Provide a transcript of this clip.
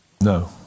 No